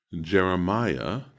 Jeremiah